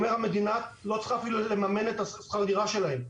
המדינה אפילו לא צריכה לממן את שכר הדירה שלהם.